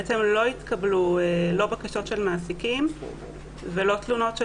לא התקבלו בקשות של מעסיקים ולא תלונות של